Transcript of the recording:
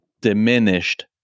diminished